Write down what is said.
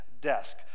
desk